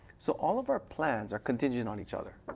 so all of our planners are contingent on each other.